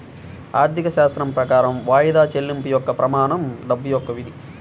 ఆర్థికశాస్త్రం ప్రకారం వాయిదా చెల్లింపు యొక్క ప్రమాణం డబ్బు యొక్క విధి